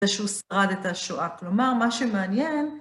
זה שהוא שרד את השואה. כלומר, מה שמעניין...